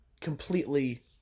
completely